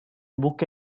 book